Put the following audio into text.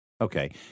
Okay